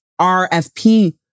RFP